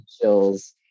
chills